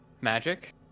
magic